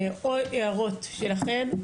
עוד הערות שלכם?